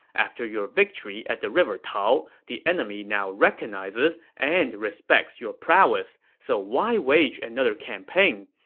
after your victory at the river tao, the enemy now recognizes and respects your prowess. so why wage another campaign?